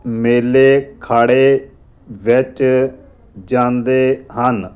ਮੇਲੇ ਅਖਾੜੇ ਵਿੱਚ ਜਾਂਦੇ ਹਨ